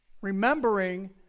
Remembering